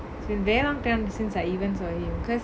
it's a very long time since I even saw him because